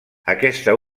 aquesta